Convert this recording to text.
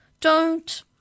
Don't